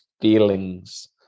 feelings